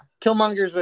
Killmonger's